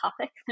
topic